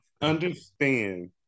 Understand